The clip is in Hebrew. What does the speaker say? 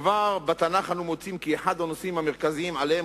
כבר בתנ"ך אנו מוצאים כי אחד הנושאים המרכזיים שעליהם